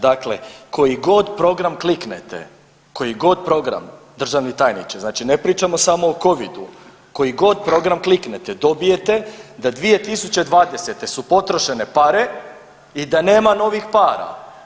Dakle, koji god program kliknete, koji god program državni tajniče, znači ne pričamo samo o Covidu, koji god program kliknete dobijete da 2020. su potrošene pare i da nema novih para.